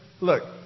look